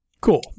Cool